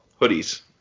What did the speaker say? Hoodies